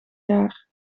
jaar